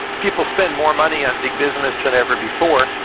people spend more money on big business than ever before.